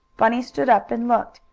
bunny stood up and looked.